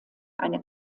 eine